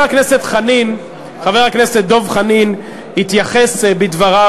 חבר הכנסת דב חנין התייחס בדבריו,